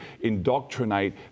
indoctrinate